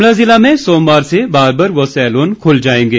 शिमला जिला में सोमवार से बार्बर व सैलून खुल जायेंगें